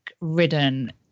ridden